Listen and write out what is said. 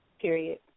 Period